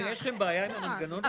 מאיר, יש לכם בעיה עם המנגנון הזה?